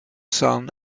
son